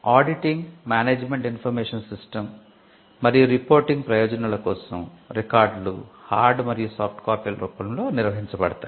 auditing management information system మరియు reporting ప్రయోజనాల కోసం రికార్డులు హార్డ్ మరియు సాఫ్ట్ కాపీల రూపంలో నిర్వహించబడతాయి